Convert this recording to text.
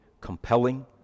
compelling